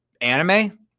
anime